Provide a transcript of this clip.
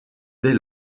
dès